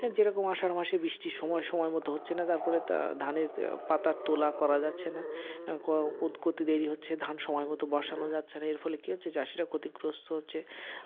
হ্যাঁ যেরকম আষাঢ় মাসে বৃষ্টির সময় সময় মতো হচ্ছে না তার ফলে ধানের পাতার তোলা করা যাচ্ছে না করতে দেরি হচ্ছে ধান সময় মতো বসানো যাচ্ছে না এর ফলে কী হচ্ছে চাষিরা ক্ষতিগ্রস্থ হচ্ছে